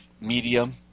medium